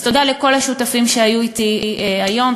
אז תודה לכל השותפים שהיו אתי היום,